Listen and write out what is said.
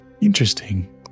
Interesting